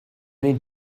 need